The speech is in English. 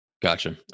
Gotcha